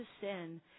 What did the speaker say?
sin